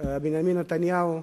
בנימין נתניהו,